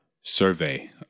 survey